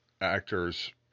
Actors